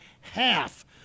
half